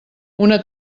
una